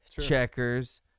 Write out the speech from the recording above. checkers